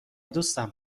دوستم